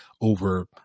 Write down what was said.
over